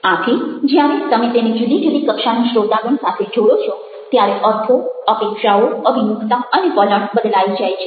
આથી જ્યારે તમે તેને જુદી જુદી કક્ષાના શ્રોતાગણ સાથે જોડો છો ત્યારે અર્થો અપેક્ષાઓ અભિમુખતા અને વલણ બદલાઈ જાય છે